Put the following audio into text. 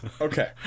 Okay